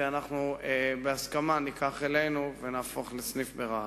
שאנחנו בהסכמה ניקח אלינו ונהפוך לסניף ברהט.